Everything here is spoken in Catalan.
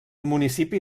municipi